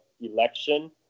election